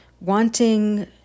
wanting